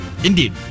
Indeed